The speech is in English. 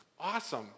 awesome